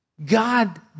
God